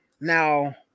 now